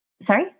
sorry